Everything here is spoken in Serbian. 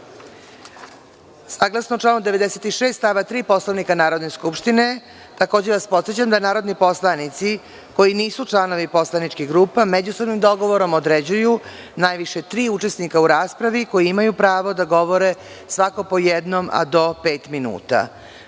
grupe. Saglasno članu 96. stav 3. Poslovnika Narodne skupštine, takođe vas podsećam da narodni poslanici koji nisu članovi poslaničkih grupa međusobnim dogovorom određuju najviše tri učesnika u raspravi koji imaju pravo da govore, svako po jednom a do pet minuta. Molim